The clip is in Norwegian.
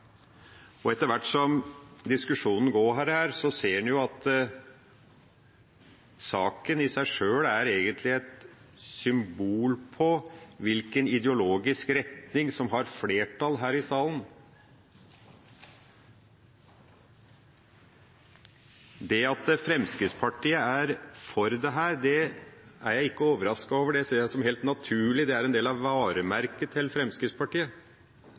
helseskade. Etter hvert som diskusjonen går her, ser en at saken i seg sjøl egentlig er et symbol på hvilken ideologisk retning som har flertall her i salen. Det at Fremskrittspartiet er for dette, er jeg ikke overrasket over. Det ser jeg på som helt naturlig, det er en del av varemerket til Fremskrittspartiet.